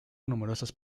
numerosas